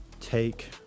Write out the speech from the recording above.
take